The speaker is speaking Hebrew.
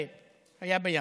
היה בים.